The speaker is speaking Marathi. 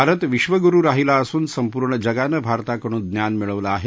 भारत विश्वगुरु राहिला असून संपूर्ण जगानं भारताकडून ज्ञान मिळवलं आहे